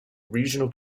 regional